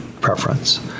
preference